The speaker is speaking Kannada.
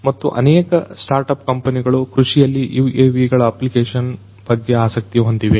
ಮತ್ತು ಅನೇಕ ಸ್ಟಾರ್ಟ್ಅಪ್ ಕಂಪನಿಗಳು ಕೃಷಿಯಲ್ಲಿ UAV ಗಳ ಅಪ್ಲಿಕೇಶನ್ ಬಗ್ಗೆ ಆಸಕ್ತಿ ಹೊಂದಿವೆ